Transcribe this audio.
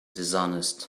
dishonest